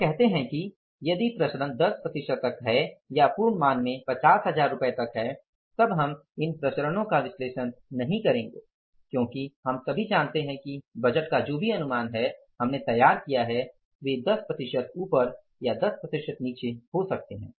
हम कहते हैं कि यदि प्रसरण १० प्रतिशत तक हैं पूर्ण मान में ५० हजार तक है तब हम इन प्रसरनो का विश्लेषण नहीं करेंगे क्योंकि हम सभी यह जानते हैं कि बजट का जो भी अनुमान है हमने तैयार किया है वे 10 प्रतिशत ऊपर या निचे हो सकते है